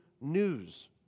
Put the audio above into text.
news